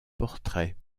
portraits